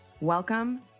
Welcome